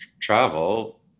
travel